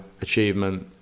achievement